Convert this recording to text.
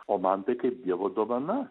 o man tai kaip dievo dovana